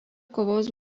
kovos